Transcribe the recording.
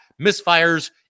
misfires